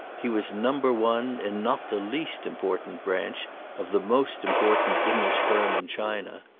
he was number one in not the least important branch of the most important english firm in china.